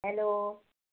hello